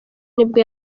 nibwo